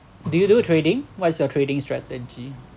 do you do trading what is your trading strategy